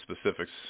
specifics